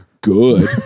good